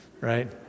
right